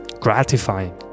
gratifying